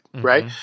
right